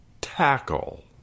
tackle